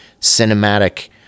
cinematic